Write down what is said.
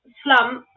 slump